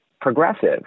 progressive